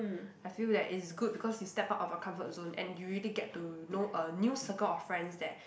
I feel that it's good because you step out of your comfort zone and you really get to know a new circle of friends there